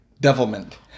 Devilment